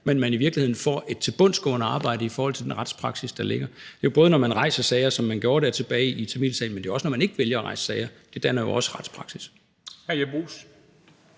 men at man i virkeligheden får til et tilbundsgående arbejde i forhold til den retspraksis, der ligger. Det er både, når man rejser sager, som man gjorde tilbage i tamilsagen, men det er også, når man vælger ikke at rejse sager. Det danner jo også retspraksis.